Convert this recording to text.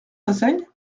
chassaigne